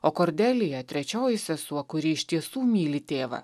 o kordelija trečioji sesuo kuri iš tiesų myli tėvą